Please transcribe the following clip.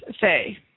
say